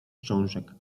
książek